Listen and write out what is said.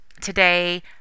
today